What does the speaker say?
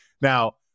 Now